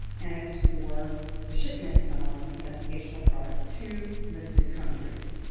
and it's for the shipment of investigational product to listed countries.